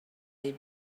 mae